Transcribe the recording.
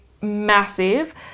massive